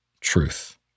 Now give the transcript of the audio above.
Truth